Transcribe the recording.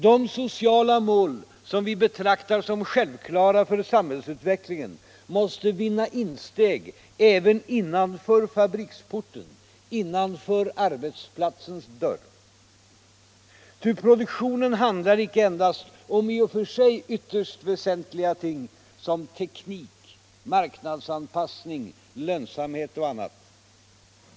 De sociala mål som vi betraktar som självklara för samhällsutvecklingen måste vinna insteg även innanför fabriksporten, innanför arbetsplatsens dörr. Ty produktionen handlar icke endast om i och för sig ytterst väsentliga ting som teknik, marknadsanpassning, lönsamhet och annat.